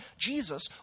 Jesus